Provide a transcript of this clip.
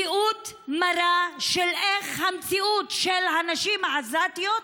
מציאות מרה, איך המציאות של הנשים העזתיות,